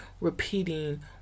repeating